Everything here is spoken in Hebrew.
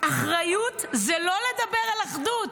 "אחריות זה לא לדבר על אחדות"